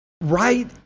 right